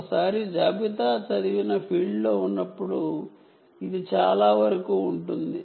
ఒకసారి జాబితా చదివిన ఫీల్డ్లో ఉన్నప్పుడు ఇది చాలా వరకు నిశ్శబ్దంగా ఉంటుంది